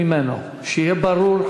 שיהיה ברור,